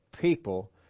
people